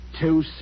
two